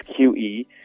QE